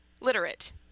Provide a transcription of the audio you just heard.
literate